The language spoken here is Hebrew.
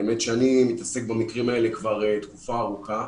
האמת היא שאני מתעסק במקרים האלה כבר תקופה ארוכה.